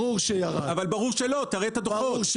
ברור שירד, ברור שירד.